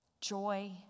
joy